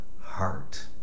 heart